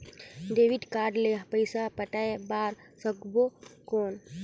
Debit card ले पइसा पटाय बार सकबो कौन?